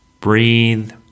Breathe